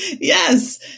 Yes